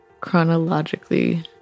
chronologically